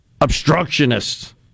Obstructionists